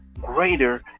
greater